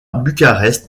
bucarest